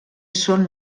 són